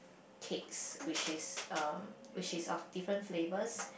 cakes which is uh which is of different flavors